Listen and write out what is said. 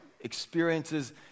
experiences